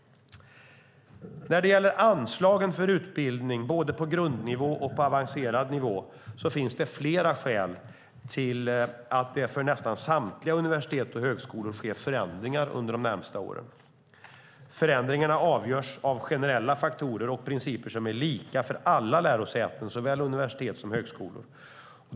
När det gäller anslagen för utbildning på grundnivå och avancerad nivå finns det flera skäl till att det för nästan samtliga universitet och högskolor sker förändringar under de närmaste åren. Förändringarna avgörs av generella faktorer och principer som är lika för alla lärosäten, såväl universitet som högskolor.